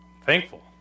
Thankful